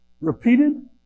Repeated